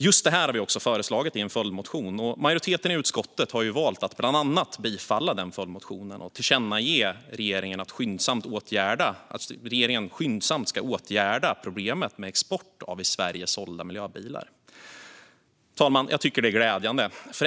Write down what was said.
Just detta har vi också föreslagit i en följdmotion. Majoriteten i utskottet har valt att bland annat tillstyrka den följdmotionen och tillkännage att regeringen skyndsamt ska åtgärda problemet med export av i Sverige sålda miljöbilar. Fru talman! Jag tycker att detta är glädjande.